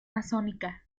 masónica